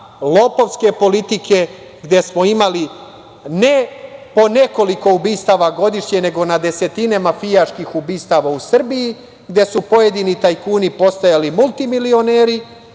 lopovske politike, gde smo imali ne po nekoliko ubistava godišnje, nego na desetine mafijaških ubistava u Srbiji, gde su pojedini tajkuni postajali multimilioneri,